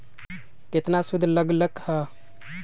केतना सूद लग लक ह?